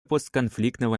постконфликтного